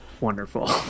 wonderful